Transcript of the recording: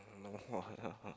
no why ah